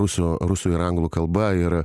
rusų rusų ir anglų kalba ir